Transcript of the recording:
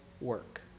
work